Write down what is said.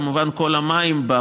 כמובן כל המים,